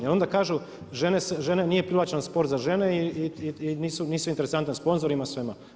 I onda kažu žene, nije privlačan sport za žene i nisu interesantne sponzorima, svima.